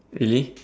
really